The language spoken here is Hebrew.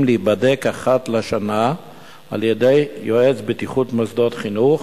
להיבדק אחת לשנה על-ידי יועץ בטיחות מוסדות חינוך,